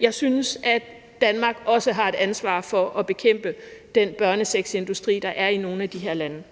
Jeg synes, at Danmark også har et ansvar for at bekæmpe den børnesexindustri, der er i nogle af de her lande.